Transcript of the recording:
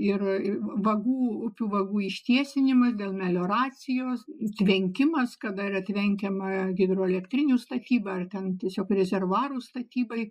ir i vagų upių vagų ištiesinimas dėl melioracijos tvenkimas kada yra tvenkiama hidroelektrinių statyba ar ten tiesiog rezervuarų statybai